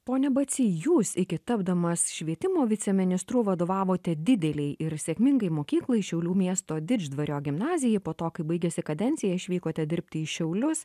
pone bacy jūs iki tapdamas švietimo viceministru vadovavote didelei ir sėkmingai mokyklai šiaulių miesto didždvario gimnazijai po to kai baigėsi kadencija išvykote dirbti į šiaulius